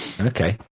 okay